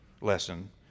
lesson